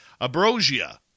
Abrosia